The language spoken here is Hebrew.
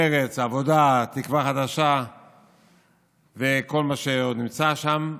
מרצ, העבודה, תקווה חדשה וכל מה שעוד נמצא שם,